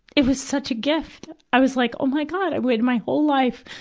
it was such a gift. i was like, oh my god, i waited my whole life,